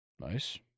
Nice